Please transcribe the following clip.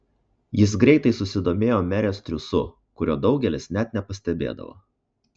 jis greitai susidomėjo merės triūsu kurio daugelis net nepastebėdavo